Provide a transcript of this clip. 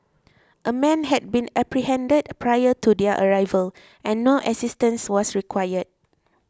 a man had been apprehended prior to their arrival and no assistance was required